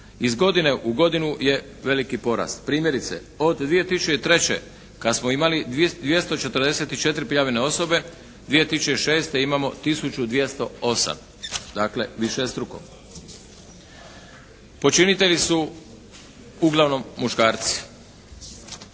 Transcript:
Iz godine u godinu je veliki porast. Primjerice, od 2003. kad smo imali 244 prijavljene osobe 2006. imamo tisuću 208, dakle višestruko. Počinitelji su uglavnom muškarci.